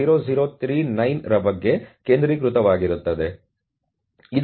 0039 ರ ಬಗ್ಗೆ ಕೇಂದ್ರೀಕೃತವಾಗಿರುತ್ತದೆ ಇದನ್ನು ಇಲ್ಲಿ ವಿವರಿಸಲಾಗುತ್ತಿದೆ